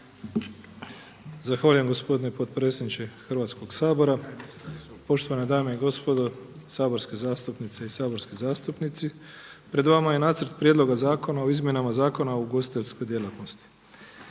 Zahvaljujem gospodine potpredsjedniče Hrvatskog sabora. Poštovane dame i gospodo saborske zastupnice i saborski zastupnici pred vama je nacrt prijedloga Zakona o izmjenama Zakona o ugostiteljskoj djelatnosti.